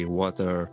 water